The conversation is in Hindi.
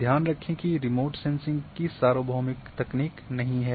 ध्यान रखें कि रिमोट सेंसिंग भी सार्वभौमिक तकनीक नहीं है